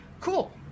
Cool